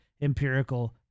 empirical